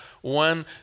one